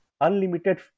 unlimited